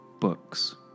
books